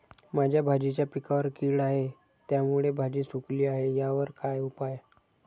माझ्या भाजीच्या पिकावर कीड आहे त्यामुळे भाजी सुकली आहे यावर काय उपाय?